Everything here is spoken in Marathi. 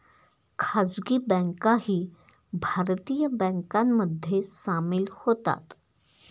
खासगी बँकाही भारतीय बँकांमध्ये सामील होतात